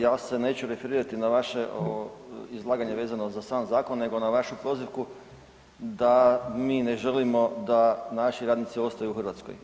Ja se neću referirati na vaše izlaganje vezano na sam zakon nego na vašu prozivku da mi ne želimo da naši radnici ostaju u Hrvatskoj.